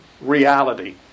reality